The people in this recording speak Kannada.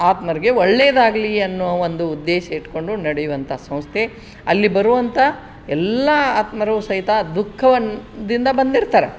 ಆತ್ಮರಿಗೆ ಒಳ್ಳೆದಾಗಲಿ ಅನ್ನುವ ಒಂದು ಉದ್ದೇಶ ಇಟ್ಟುಕೊಂಡು ನಡೆಯುವಂಥ ಸಂಸ್ಥೆ ಅಲ್ಲಿ ಬರುವಂಥ ಎಲ್ಲ ಆತ್ಮರು ಸಹಿತ ದುಃಖವನ್ನು ದಿಂದ ಬಂದಿರ್ತಾರ